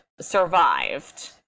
survived